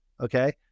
okay